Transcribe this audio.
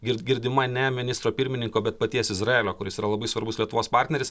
gird girdima ne ministro pirmininko bet paties izraelio kuris yra labai svarbus lietuvos partneris